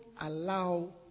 allow